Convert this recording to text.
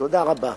תודה רבה.